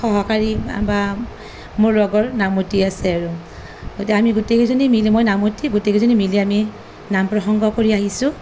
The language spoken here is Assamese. সহকাৰী বা মোৰ লগৰ নামতী আছে আৰু এতিয়া আমি গোটেইকেইজনী মিলি মই নামতী গোটেইকিজনী মিলি আমি নাম প্ৰসংগ কৰি আহিছোঁ